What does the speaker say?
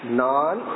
non